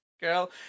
girl